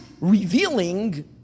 revealing